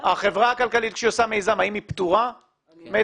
כשהיא עושה מיזם, האם היא פטורה מהיטלים?